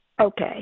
Okay